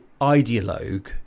ideologue